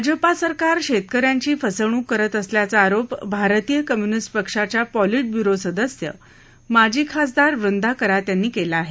भाजपा सरकार शेतकऱ्यांची फसवणूक करत असल्याचा आरोप भारतीय कम्यूनिस्ट पक्षाच्या पॉलिट ब्यूरो सदस्य माजी खासदार वृदा करात यांनी केला आहे